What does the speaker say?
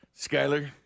Skyler